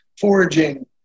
foraging